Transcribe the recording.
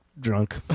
drunk